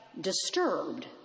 disturbed